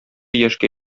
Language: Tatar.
яшькә